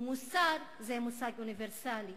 ומוסר זה מושג אוניברסלי.